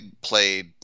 played